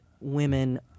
women